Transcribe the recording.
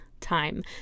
time